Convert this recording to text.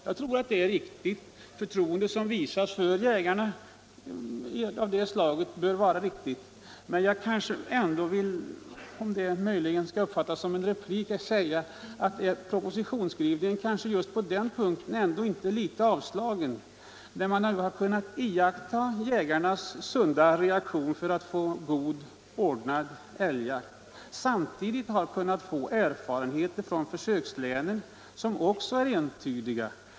Jag tror att det är riktigt att visa jägarna ett förtroende av det slaget, men jag kanske ändå vill säga — det kan uppfattas som en replik — att propositionens skrivning just på den punkten är litet avslagen. Man har ju kunnat iaktta jägarnas sunda reaktion när det gäller att få god, ordnad älgjakt, och man har samtidigt kunnat få erfarenheter från försökslänen som också är entydiga.